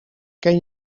ken